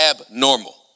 Abnormal